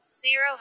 Zero